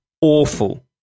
awful